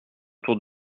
autour